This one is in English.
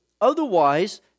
Otherwise